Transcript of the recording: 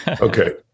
Okay